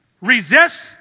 Resist